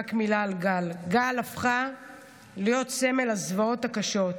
רק מילה על גל: גל הפכה להיות סמל הזוועות הקשות.